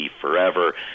forever